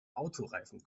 autoreifen